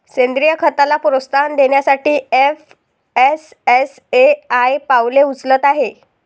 सेंद्रीय खताला प्रोत्साहन देण्यासाठी एफ.एस.एस.ए.आय पावले उचलत आहे